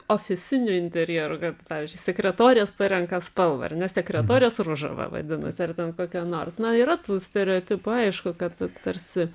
ofisinių interjerų kad pavyzdžiu sekretorės parenka spalvą ar ne sekretorės ružavą vadinas ar ten kokią nors na yra tų stereotipų aišku kad tarsi